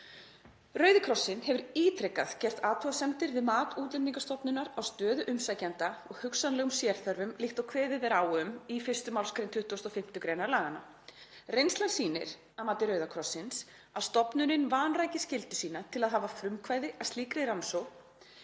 „Rauði krossinn hefur ítrekað gert athugasemdir við mat Útlendingastofnunar á stöðu umsækjenda og hugsanlegum sérþörfum líkt og kveðið er á um í 1. mgr. 25. gr. útlendingalaga. Reynslan sýnir, að mati Rauða krossins, að stofnunin vanrækir skyldu sína til að hafa frumkvæði að slíkri rannsókn,